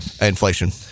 inflation